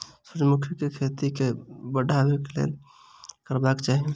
सूर्यमुखी केँ खेती केँ बढ़ेबाक लेल की करबाक चाहि?